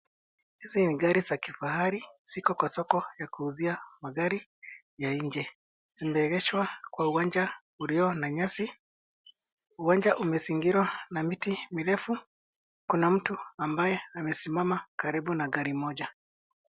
Hizi ni gari za kifahari ziko kwa soko ya kuuzia magari ya nje. Zimeegeshwa kwa uwanja ulio na nyasi. Uwanja umezingirwa na miti mirefu. Kuna mtu ambaye amesimama karibu na gari moja.